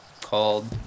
called